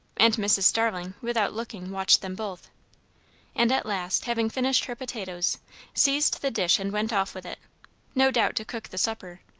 and mrs. starling, without looking, watched them both and at last, having finished her potatoes seized the dish and went off with it no doubt to cook the supper,